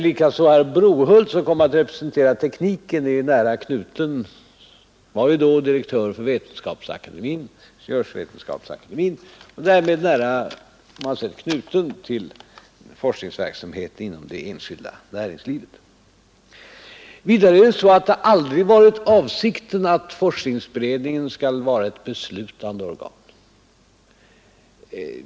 Herr Brohult som kom att representera tekniken var direktör för Ingenjörsvetenskapsakademien och därmed på många sätt nära knuten till forskningsverksamheten inom det enskilda näringslivet. Vidare har det aldrig varit avsikten att forskningsberedningen skall vara ett beslutande organ.